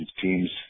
teams